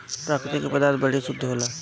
प्रकृति क पदार्थ बड़ी शुद्ध होला